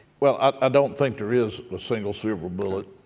well, i don't think there is a single super-bullet,